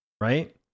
right